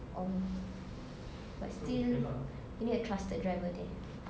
oh but still you need a trusted driver there